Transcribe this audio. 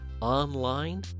Online